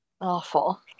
Awful